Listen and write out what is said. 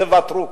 תוותרו,